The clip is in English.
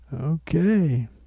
Okay